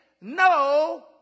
no